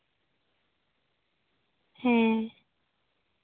ᱦᱮᱸ